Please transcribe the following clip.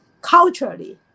Culturally